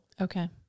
Okay